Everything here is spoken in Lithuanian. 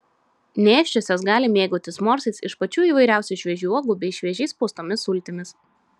nėščiosios gali mėgautis morsais iš pačių įvairiausių šviežių uogų bei šviežiai spaustomis sultimis